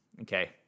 okay